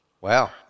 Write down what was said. Wow